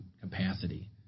capacity